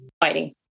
fighting